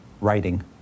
writing